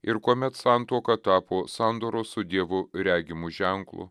ir kuomet santuoka tapo sandoros su dievu regimu ženklu